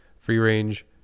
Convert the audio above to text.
free-range